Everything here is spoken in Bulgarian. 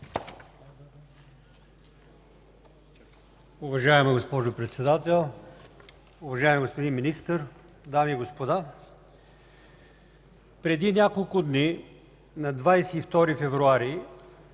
Уважаема госпожо Председател, уважаеми господин Министър, дами и господа! „Преди няколко дни – на 22 февруари,